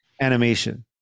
animation